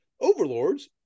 overlords